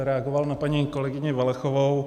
Reagoval bych na paní kolegyni Valachovou.